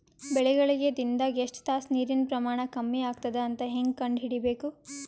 ಬೆಳಿಗಳಿಗೆ ದಿನದಾಗ ಎಷ್ಟು ತಾಸ ನೀರಿನ ಪ್ರಮಾಣ ಕಮ್ಮಿ ಆಗತದ ಅಂತ ಹೇಂಗ ಕಂಡ ಹಿಡಿಯಬೇಕು?